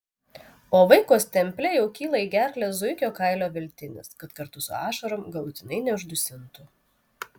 o vaiko stemple jau kyla į gerklę zuikio kailio veltinis kad kartu su ašarom galutinai neuždusintų